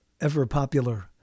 ever-popular